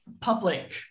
public